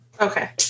Okay